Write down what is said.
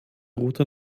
route